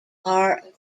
are